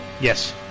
yes